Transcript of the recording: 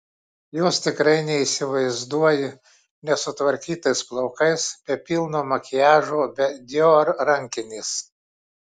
jos tikrai neįsivaizduoji nesutvarkytais plaukais be pilno makiažo be dior rankinės